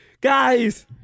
Guys